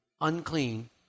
unclean